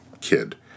kid